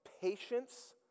patience